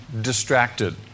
distracted